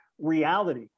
reality